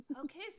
okay